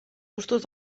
gustos